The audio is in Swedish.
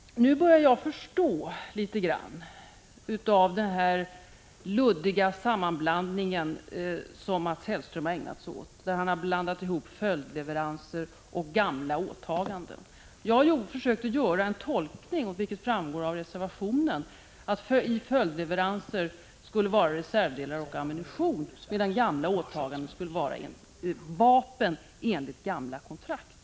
Nu börjar jag förstå litet av den luddiga sammanblandning som Mats Hellström har ägnat sig åt. Han har blandat ihop följdleveranser och gamla åtaganden. Jag försökte göra en tolkning, vilket framgår av reservationen, Prot. 1985/86:146 som innebar att följdleveranser skulle vara reservdelar och ammunition, 21 maj 1986 medan gamla åtaganden skulle vara vapen enligt gamla kontrakt.